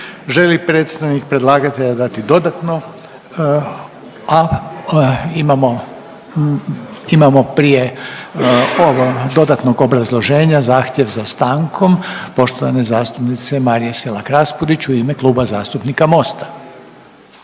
li predstavnik predlagatelja dati dodatno … A, imamo prije ovo dodatnog obrazloženja, zahtjev za stankom poštovane zastupnice Marije Selak Raspudić u ime Kluba zastupnika Mosta.